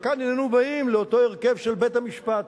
וכאן הננו באים לאותו הרכב של בית-משפט.